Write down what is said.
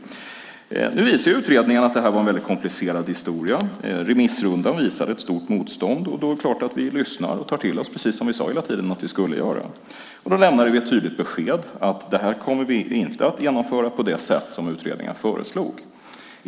Nu visade utredningen att det här var en väldigt komplicerad historia. Remissrundan visade på ett stort motstånd, och då är det klart att vi lyssnade och tog till oss det, precis som vi hela tiden sade att vi skulle göra. Vi lämnade alltså det tydliga beskedet att detta kommer vi inte att genomföra på det sätt som utredningen föreslog.